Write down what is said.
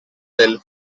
del